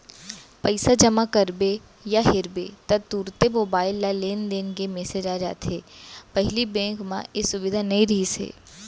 पइसा जमा करबे या हेरबे ता तुरते मोबईल म लेनदेन के मेसेज आ जाथे पहिली बेंक म ए सुबिधा नई रहिस हे